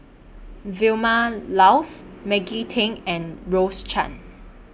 Vilma Laus Maggie Teng and Rose Chan